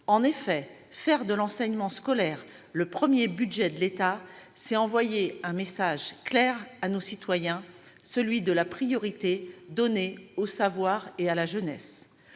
En effet, faire de l'enseignement scolaire le premier budget de l'État, c'est envoyer un message clair à nos concitoyens, celui de la priorité donnée au savoir et à la jeunesse.